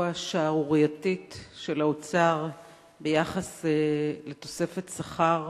השערורייתית של האוצר ביחס לתוספת שכר